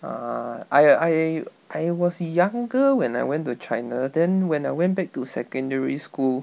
err I uh I I was younger when I went to china then when I went back to secondary school